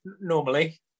normally